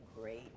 great